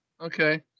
Okay